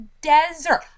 Desert